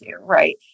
right